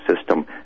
system